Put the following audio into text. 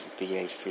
BAC